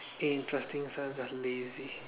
interesting story about lazy